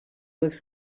looks